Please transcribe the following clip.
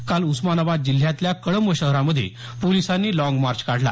काल उस्मानाबाद जिल्ह्यातल्या कळंब शहरामध्ये पोलिसांनी लाँग मार्च काढला